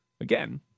again